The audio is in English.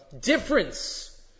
difference